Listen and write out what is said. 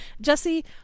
Jesse